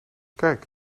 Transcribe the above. kijk